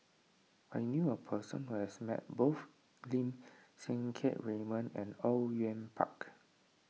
I knew a person who has met both Lim Siang Keat Raymond and Au Yue Pak